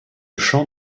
chant